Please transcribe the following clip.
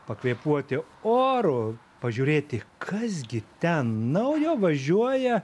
pakvėpuoti oru pažiūrėti kas gi ten naujo važiuoja